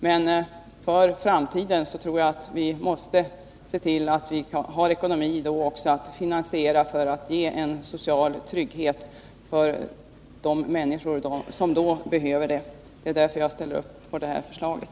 Men för framtiden tror jag att vi måste se till att vi har ekonomi för att kunna ge en social trygghet åt de människor som då behöver det. Det är därför jag ställer upp på det här förslaget.